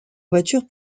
voiture